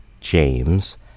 James